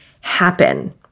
happen